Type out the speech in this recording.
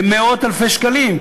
למאות-אלפי שקלים,